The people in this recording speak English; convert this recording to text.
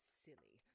silly